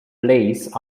lace